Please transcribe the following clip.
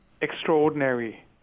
extraordinary